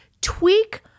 tweak